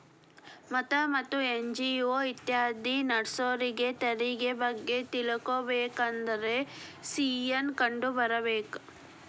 ಮಠಾ ಮತ್ತ ಎನ್.ಜಿ.ಒ ಇತ್ಯಾದಿ ನಡ್ಸೋರಿಗೆ ತೆರಿಗೆ ಬಗ್ಗೆ ತಿಳಕೊಬೇಕಂದ್ರ ಸಿ.ಎ ನ್ನ ಕಂಡು ಬರ್ಬೇಕ